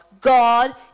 God